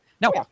Now